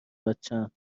بچم